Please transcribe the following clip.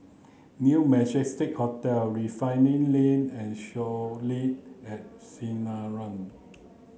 New Majestic Hotel Refinery Lane and Soleil at Sinaran